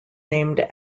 named